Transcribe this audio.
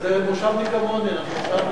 2. מדוע מונעות החברות את האפשרות לבטל את העסקה?